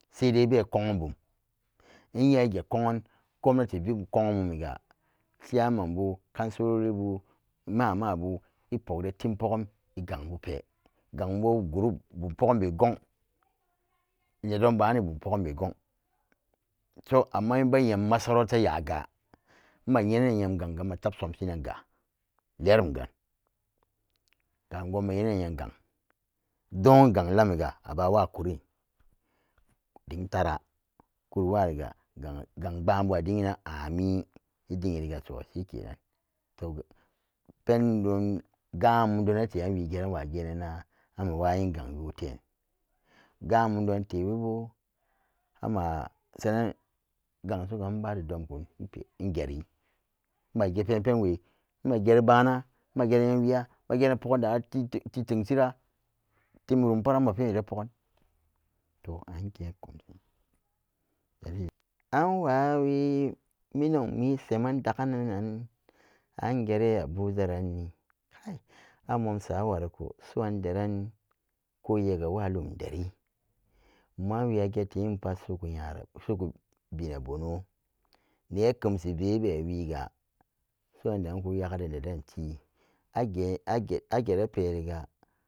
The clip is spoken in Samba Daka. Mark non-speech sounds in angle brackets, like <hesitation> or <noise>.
Sai dai be ko'an bum nye ege ko'an gwamnati vitko'an mumiga chimabu kansilolibu mamabu epogde tim poggom egangbupe ganbubo bumposombe gong nedon baani bam pogombe gong so amma inbe nyam masarauta yaga ema nye nanan nyam gang-ga ema dap somshinanga lerum ga'cin kamin go'onbe nyenan nyem gang don ganglamiya abawa kurin ding tara kuriwariga ga-gang kpbambu adiginan ameen edigirirga to shikenan to pendon gaan mum donate'em wegeranwa geen nan-na amawayin gang yoten gam mum don tebebo amma sanan gangsoga enbari domkun engeri imagepen penswe imagerun ebaan ima geran nyamwiya mageran poggandatimtengshira timrumpara impaen wede poggan to angeen <hesitation> anwawii monongmi semen daganancik an ingere abujarani kai a momsawariko su'an deranni ku yegawalum deri buman wii aget-tiggin-nan pat su'uku nyara-su'uku bina bono nekemsi veebe wige, su'an deranku yagade nedenti age aget apariga.